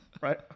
right